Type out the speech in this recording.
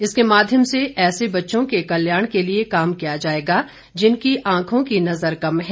इसके माध्यम से ऐसे बच्चों के कल्याण के लिए काम किया जाएगा जिनकी आंखों की नजर कम है